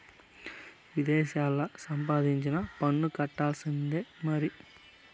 విదేశాల్లా సంపాదించినా పన్ను కట్టాల్సిందే మరి